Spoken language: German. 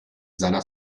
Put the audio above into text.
seiner